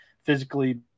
Physically